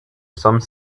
some